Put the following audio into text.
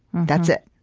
that's it.